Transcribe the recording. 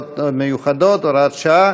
(הוראות מיוחדות) (הוראת שעה),